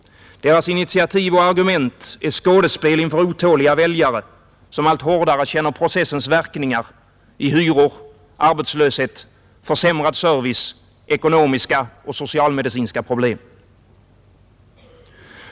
Deras initiativ och argument är skådespel inför otåliga väljare, som allt hårdare känner processens verkningar i hyror, arbetslöshet, försämrad service, ekonomiska och socialmedicinska problem.